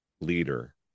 leader